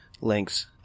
links